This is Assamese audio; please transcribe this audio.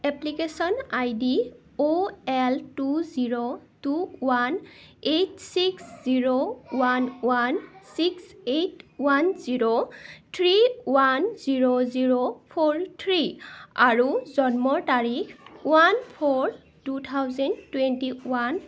application I D O L two zero two one eight six zero one one six eight one zero three one zero zero four three আৰু জন্মৰ তাৰিখ one four two thousand twenty one